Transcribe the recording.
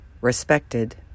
respected